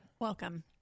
Welcome